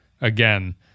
again